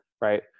right